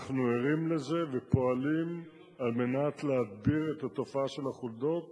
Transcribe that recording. אנחנו ערים לזה ופועלים על מנת להדביר את התופעה של החולדות